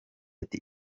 ati